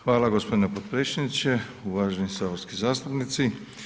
Hvala gospodine potpredsjedniče, uvaženi saborski zastupnici.